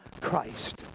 Christ